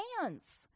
hands